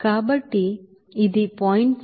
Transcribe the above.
కాబట్టి ఇది 0